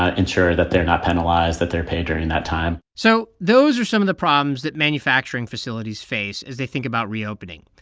ah ensure that they're not penalized, that they're paid during that time so those are some of the problems that manufacturing facilities face as they think about reopening.